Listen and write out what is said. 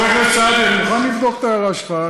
חבר הכנסת סעדי, אני מוכן לבדוק את ההערה שלך.